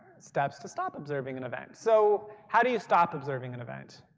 steps to stop observing an event. so how do you stop observing an event?